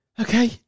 okay